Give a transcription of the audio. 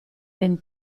den